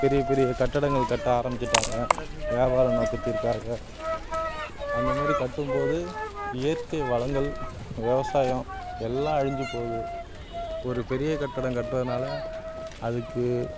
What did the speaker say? பெரிய பெரிய கட்டடங்கள் கட்ட ஆரமிச்சிட்டாங்க வியாபார நோக்கத்திற்காக அந்த மாதிரி கட்டும்போது இயற்கை வளங்கள் விவசாயம் எல்லாம் அழிஞ்சு போகுது ஒரு பெரிய கட்டடம் கட்டுறனால அதுக்கு